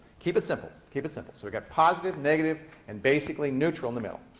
keep it simple. keep it simple. so we've got positive, negative and basically neutral in the middle.